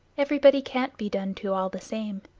everybody can't be done to all the same.